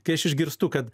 kai aš išgirstu kad